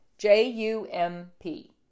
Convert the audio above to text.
J-U-M-P